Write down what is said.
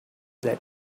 that